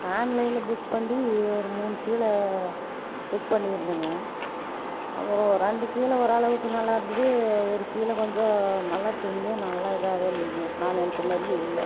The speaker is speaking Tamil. ஆன்லைனில் புக் பண்ணி ஒரு மூணு சீலை புக் பண்ணியிருந்தேங்க அதில் ரெண்டு சீலை ஒரு அளவுக்கு நல்லாருந்துது ஒரு சீல கொஞ்சம் நல்லா துணியே நல்லா இதாகவே இல்லங்க நான் நினைச்ச மாதிரியே இல்லை